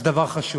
אז זה דבר חשוב,